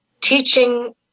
teaching